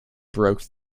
broke